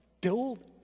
build